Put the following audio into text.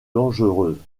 dangereuses